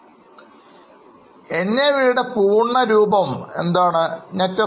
NAV യുടെ പൂർണ്ണരൂപം എന്താണെന്ന് നിങ്ങൾക്കറിയാമോ